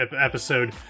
episode